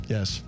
Yes